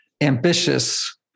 ambitious